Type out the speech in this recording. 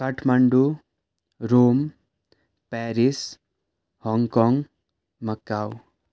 Kathmandu Rome Paris Hong Kong Macau